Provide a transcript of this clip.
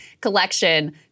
collection